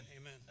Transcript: Amen